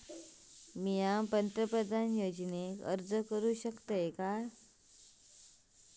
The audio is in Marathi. मी पंतप्रधान योजनेक अर्ज करू शकतय काय?